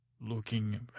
looking